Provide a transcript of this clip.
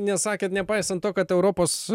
na sakėt nepaisant to kad europos